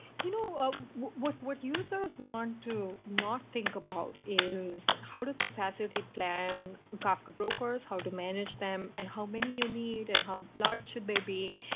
you know um what what users want to not think about is how the capacity plan kafka brokers, how to manage them, and how many you need and how large should they be.